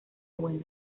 bueno